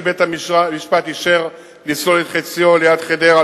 שבית-המשפט אישר לסלול את חציו ליד חדרה,